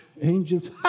Angels